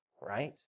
right